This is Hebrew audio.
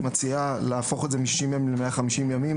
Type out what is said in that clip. מציעה להפוך את זה מ-60 יום ל-150 יום.